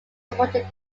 supported